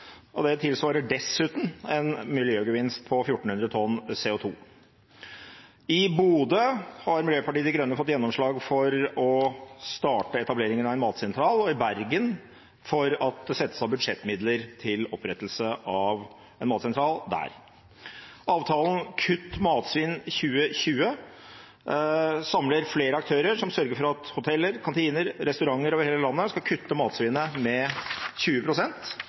og det tilsvarer dessuten en miljøgevinst på 1 400 tonn CO2. I Bodø har Miljøpartiet De Grønne fått gjennomslag for å starte etableringen av en matsentral og i Bergen for at det settes av budsjettmidler til opprettelse av en matsentral der. Avtalen «Kutt matsvinn 2020» samler flere aktører som sørger for at hoteller, kantiner og restauranter over hele landet skal kutte matsvinnet med